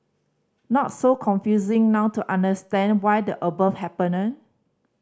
not so confusing now to understand why the above happened eh